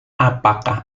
apakah